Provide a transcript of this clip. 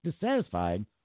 dissatisfied